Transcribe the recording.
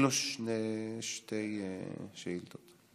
אפילו שתי שאילתות,